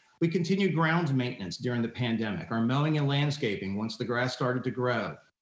we continue grounds maintenance during the pandemic, our milling and landscaping once the grass started to grow.